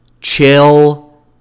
Chill